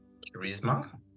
Charisma